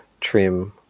trim